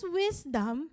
wisdom